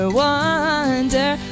wonder